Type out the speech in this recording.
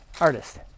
artist